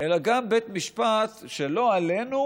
אלא גם בית משפט, שלא עלינו,